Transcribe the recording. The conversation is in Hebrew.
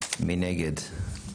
מי נגד?